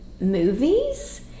movies